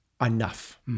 enough